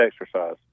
exercise